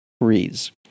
reads